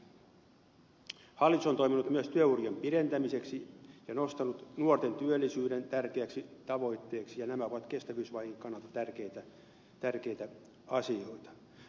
hallitus on toiminut myös työurien pidentämiseksi ja nostanut nuorten työllisyyden tärkeäksi tavoitteeksi ja nämä ovat kestävyysvajeen kannalta tärkeitä asioita